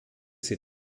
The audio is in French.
ces